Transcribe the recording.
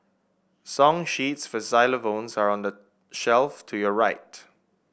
song sheets for xylophones are on the shelf to your right